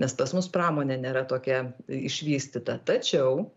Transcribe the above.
nes pas mus pramonė nėra tokia išvystyta tačiau